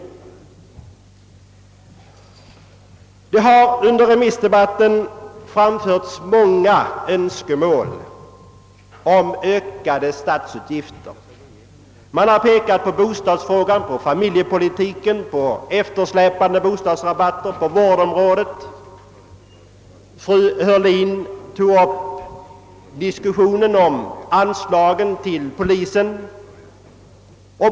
Det har under remissdebatten framförts många önskemål om ökade statsutgifter. Man har pekat på bostadsfrågan, på familjepolitiken, på eftersläpande bostadsrabatter och på vårdområdet, och fru Heurlin tog upp diskussionen om anslagen till polisen.